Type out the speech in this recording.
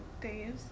days